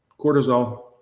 Cortisol